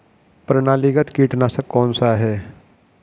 प्रणालीगत कीटनाशक कौन सा है?